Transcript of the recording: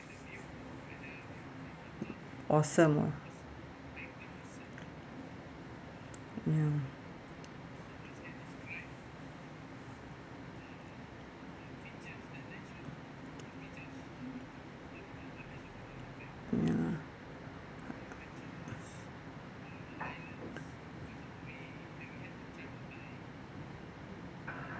awesome ah ya ya